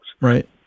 right